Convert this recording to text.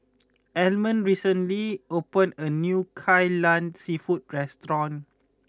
Almond recently opened a new Kai Lan seafood restaurant